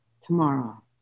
tomorrow